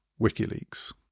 WikiLeaks